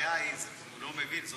הוא לא מבין.